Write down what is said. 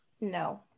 No